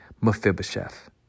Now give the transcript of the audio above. Mephibosheth